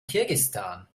kirgisistan